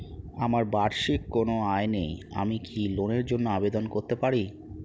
আমার বার্ষিক কোন আয় নেই আমি কি লোনের জন্য আবেদন করতে পারি?